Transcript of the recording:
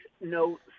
no